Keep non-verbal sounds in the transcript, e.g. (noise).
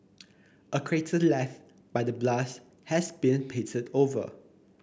(noise) a crater left by the blast has been painted over